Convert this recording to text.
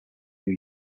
new